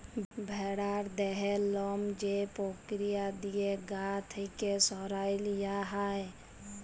ভেড়ার দেহের লম যে পক্রিয়া দিঁয়ে গা থ্যাইকে সরাঁয় লিয়া হ্যয়